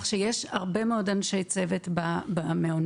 יש הרבה מאוד אנשי צוות במעונות.